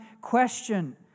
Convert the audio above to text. question